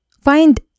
find